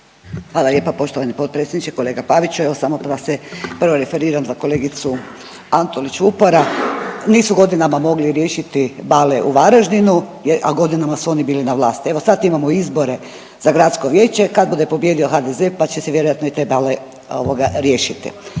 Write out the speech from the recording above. Hvala lijepa poštovani potpredsjedniče. Kolega Paviću, evo samo da se prvo referiram za kolegicu Antolić Vupora, nisu godinama mogli riješiti bale u Varaždinu, a godinama su oni bili na vlasti. Evo sad imamo izbore za gradsko vijeće, kad bude pobijedio HDZ pa će se vjerojatno i te bale ovoga riješiti,